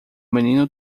menino